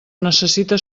necessita